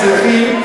האזרחים,